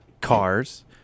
Cars